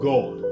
God